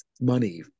money